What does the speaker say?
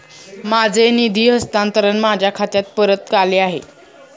माझे निधी हस्तांतरण माझ्या खात्यात परत आले आहे